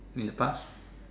in the past